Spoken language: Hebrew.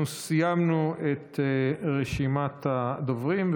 אנחנו סיימנו את רשימת הדוברים,